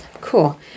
Cool